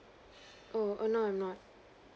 oh oh no I'm not